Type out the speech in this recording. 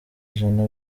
ijana